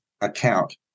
account